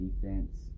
defense